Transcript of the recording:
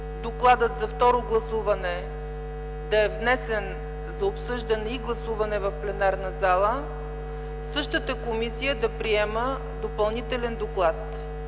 доклада за второ гласуване да е внесен за обсъждане и гласуване в пленарната зала, същата комисия да приема допълнителен доклад.